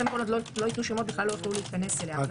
לכן אם לא ייתנו שמות לא יוכלו להיכנס אליה.